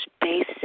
basic